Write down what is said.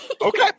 Okay